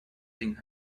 thing